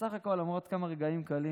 שבסך הכול למרות כמה רגעים קלים,